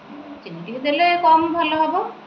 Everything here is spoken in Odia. ଚିନି ଟିକେ ଦେଲେ କମ୍ ଭଲ ହେବ